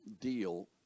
Deal